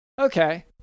Okay